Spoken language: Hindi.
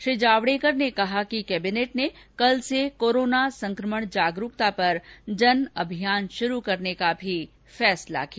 श्री जावडेकर ने कहा कि कैबिनेट ने कल से कोरोना संकमण जागरूकता पर जन अभियान शुरू करने का भी फैसला किया